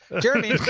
Jeremy